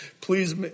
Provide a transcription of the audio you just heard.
please